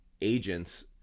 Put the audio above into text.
agents